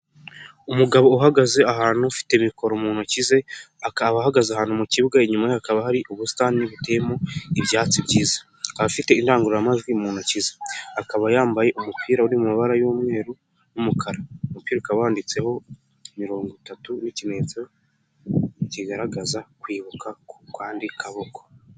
Umugabo uhagaze ahantu ufite mikoro mu ntoki ze, akaba ahagaze ahantu mu kibuga, inyuma ye hakaba hari ubusitani buteyemo ibyatsi byiza, ababa afite indangururamajwi mu ntoki ze, akaba yambaye umupira uri mabara y'umweru n'umukara, umupiruka wanditseho mirongo itatu nk'ikimenyetso kigaragaza kwibuka ku kandi kaboko.